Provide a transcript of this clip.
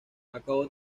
acabó